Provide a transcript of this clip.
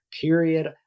Period